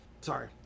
sorry